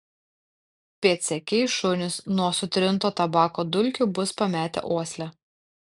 pėdsekiai šunys nuo sutrinto tabako dulkių bus pametę uoslę